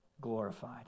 glorified